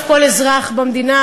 אני מזמין את חברת הכנסת מירב בן ארי